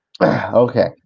Okay